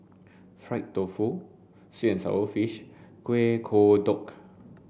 Fried Tofu Sweet and Sour Fish Kuih Kodok